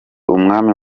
umwami